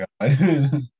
God